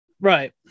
Right